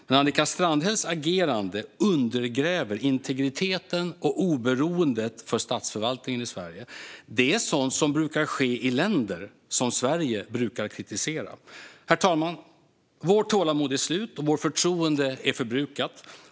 Men Annika Strandhälls agerande undergräver integriteten och oberoendet för statsförvaltningen i Sverige. Det är sådant som brukar ske i länder som Sverige brukar kritisera. Herr talman! Vårt tålamod är slut. Vårt förtroende är förbrukat.